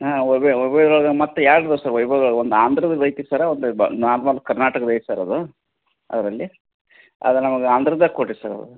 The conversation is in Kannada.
ಹಾಂ ವಬಿ ವೈಭವ್ದೊಳಗೆ ಮತ್ತು ಎರಡು ಇದಾವ್ ಸರ್ ವೈಭವ್ದೊಳಗೆ ಒಂದು ಆಂಧ್ರದ್ ಐತಿ ಸರ್ ಒಂದು ಬ ನಾರ್ಮಲ್ ಕರ್ನಾಟಕದ್ದೂ ಐತ್ ಸರ್ ಅದು ಅದರಲ್ಲಿ ಅದು ನಮಗೆ ಆಂಧ್ರದಾಗ್ ಕೊಡ್ರಿ ಸರ್